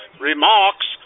remarks